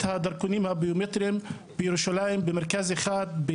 הדרכונים הביומטריים בירושלים במרכז אחד.